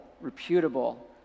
reputable